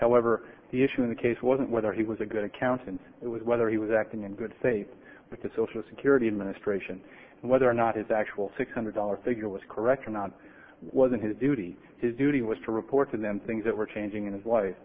however the issue in the case wasn't whether he was a good accountant it was whether he was acting in good faith with the social security administration and whether or not his actual six hundred dollar figure was correct or not wasn't his duty his duty was to report to them things that were changing in his life